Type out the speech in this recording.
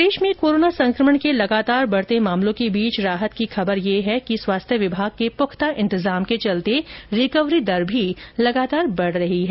प्रदेश में कोरोना संकमण के लगातार बढ़ते मामलों के बीच राहत की खबर यह है कि स्वास्थ्य विभाग के पुख्ता इंतजामों के चलते रिकवरी दर भी लगातार बढ़ रही है